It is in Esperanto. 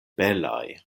belaj